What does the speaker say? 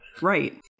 Right